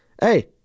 hey